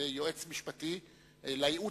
לייעוץ המשפטי לכנסת,